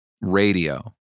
radio